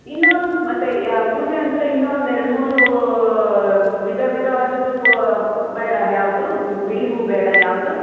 ಇನ್ನು ಮತ್ತೆ ಪೂಜೆ ಅಂದ್ರೆ ಇನ್ನೂ ಒಂದು ಎರಡು ಮೂರು ವಿಧ ವಿಧವಾದದ್ದು ಪೋ ಬೇಡ ಯಾವುದು ಬಿಡಿ ಹೂ ಬೇಡ ಯಾವುದು